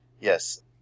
Yes